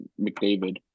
McDavid